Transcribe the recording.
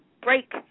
break